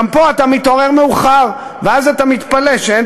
גם פה אתה מתעורר מאוחר ואז אתה מתפלא שאין